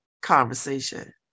conversation